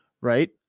right